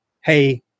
Hey